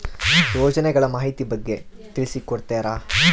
ಯೋಜನೆಗಳ ಮಾಹಿತಿ ಬಗ್ಗೆ ನನಗೆ ತಿಳಿಸಿ ಕೊಡ್ತೇರಾ?